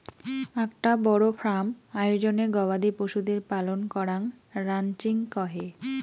আকটা বড় ফার্ম আয়োজনে গবাদি পশুদের পালন করাঙ রানচিং কহে